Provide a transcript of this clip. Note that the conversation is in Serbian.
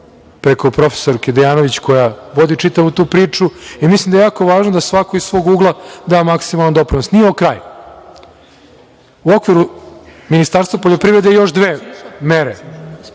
preko prof. Dejanović koja vodi čitavu tu priču i mislim da je jako važno da svako iz svog ugla da maksimalan doprinos. Nije ovo kraj. U okviru Ministarstva poljoprivrede još dve mere